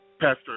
Pastor